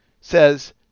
says